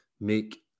make